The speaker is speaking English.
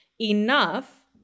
enough